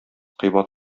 кыйбат